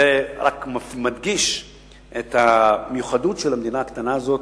זה רק מדגיש את המיוחדות של המדינה הקטנה הזאת,